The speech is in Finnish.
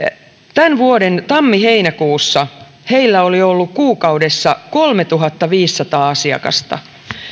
tämän vuoden tammi heinäkuussa heillä oli ollut kuukaudessa kolmetuhattaviisisataa asiakasta